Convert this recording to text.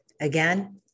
Again